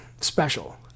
special